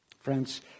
Friends